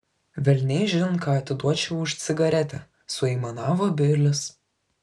velniaižin ką atiduočiau už cigaretę suaimanavo bilis